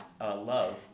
love